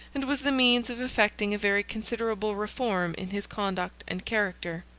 and was the means of effecting a very considerable reform in his conduct and character.